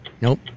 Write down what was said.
Nope